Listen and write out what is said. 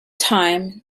time